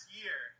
year